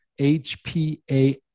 HPA